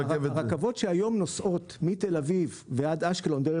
הרכבות שנוסעות היום מתל אביב ועד אשקלון,